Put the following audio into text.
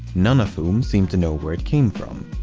none of whom seemed to know where it came from.